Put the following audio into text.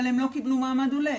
אבל הם לא קיבלו מעמד עולה,